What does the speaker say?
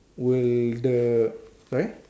will the sorry